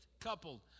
coupled